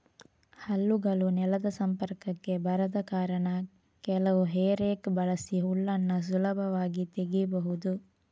ಹಲ್ಲುಗಳು ನೆಲದ ಸಂಪರ್ಕಕ್ಕೆ ಬರದ ಕಾರಣ ಕೆಲವು ಹೇ ರೇಕ್ ಬಳಸಿ ಹುಲ್ಲನ್ನ ಸುಲಭವಾಗಿ ತೆಗೀಬಹುದು